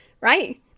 right